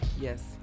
Yes